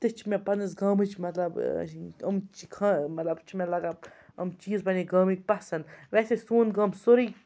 تہِ چھِ مےٚ پَنٛنِس گامٕچ مطلب یِم چھِ مطلب چھِ مےٚ لَگان یِم چیٖز پَنٛنہِ گامٕکۍ پَسنٛد ویسے سون گام چھِ سورُے